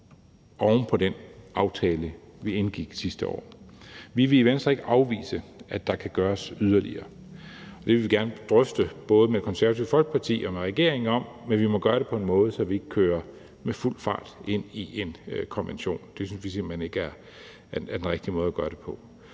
oven på den aftale, vi indgik sidste år. Vi vil i Venstre ikke afvise, at der kan gøres yderligere, og vi vil gerne drøfte det med både Det Konservative Folkeparti og med regeringen, men vi må gøre det på en måde, så vi ikke kører med fuld fart ind i en konvention, for det synes vi simpelt hen ikke er den rigtige måde at gøre det på.